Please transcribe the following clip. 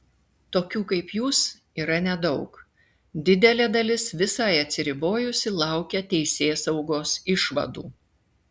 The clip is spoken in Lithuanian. tokių kaip jūs yra nedaug didelė dalis visai atsiribojusi laukia teisėsaugos išvadų